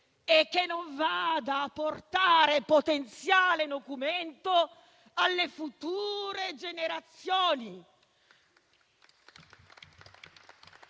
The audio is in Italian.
e che non vada a portare potenziale nocumento alle future generazioni